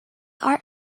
art